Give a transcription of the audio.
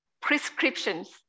prescriptions